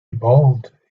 evolved